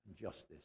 justice